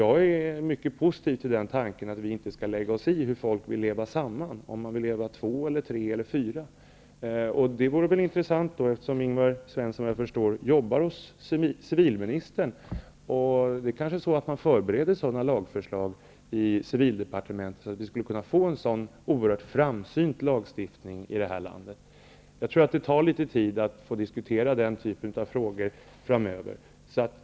Jag är mycket positiv till tanken att vi inte skall lägga oss i hur människor vill leva samman -- om två, tre eller fyra vill leva tillsammas. Eftersom Ingvar Svensson enligt vad jag förstår jobbar hos civilministern vore det intressant få veta något om detta. Man kanske förbereder sådana lagförslag inom civildepartementet att vi skulle kunna få en oerhört framsynt lagstiftning i detta land. Det kommer att ta litet tid att diskutera denna typ av frågor framöver.